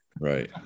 Right